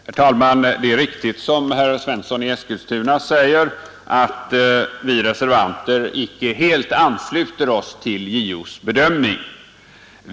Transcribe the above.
Herr talman! Det är riktigt som herr Svensson i Eskilstuna säger, att vi reservanter icke helt ansluter oss till JO:s bedömning.